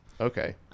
okay